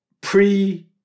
pre